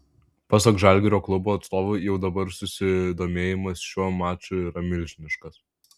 pasak žalgirio klubo atstovų jau dabar susidomėjimas šiuo maču yra milžiniškas